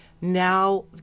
Now